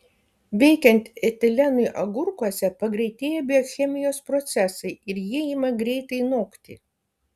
veikiant etilenui agurkuose pagreitėja biochemijos procesai ir jie ima greitai nokti